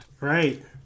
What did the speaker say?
Right